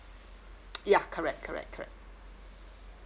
ya correct correct correct